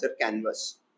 canvas